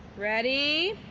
ready.